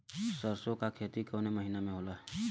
सरसों का खेती कवने महीना में होला?